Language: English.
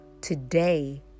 Today